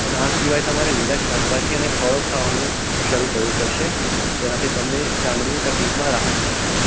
અને આ સિવાય તમારે લીલાં શાકભાજી અને ફળો ખાવાનું શરૂ કરવું પડશે તેનાથી તમને તમને ચામડીની તકલીફમાં રાહત થશે